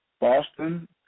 Boston